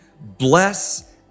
bless